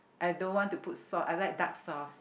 I don't want to put salt I like dark sauce